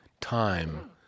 time